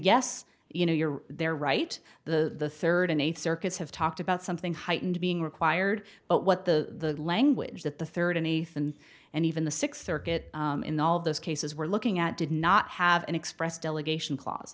yes you know you're there right the third an eighth circuits have talked about something heightened being required but what the language that the third an eighth and and even the sixth circuit in all those cases we're looking at did not have an express delegation cla